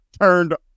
turned